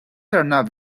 arnav